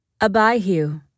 Abihu